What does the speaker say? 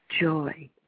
joy